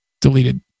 deleted